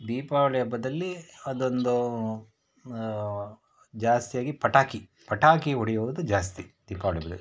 ದೀಪಾವಳಿ ಹಬ್ಬದಲ್ಲಿ ಅದೊಂದು ಜಾಸ್ತಿಯಾಗಿ ಪಟಾಕಿ ಪಟಾಕಿ ಹೊಡೆಯುವುದು ಜಾಸ್ತಿ ದೀಪಾವಳಿ ಹಬ್ದಲ್ಲಿ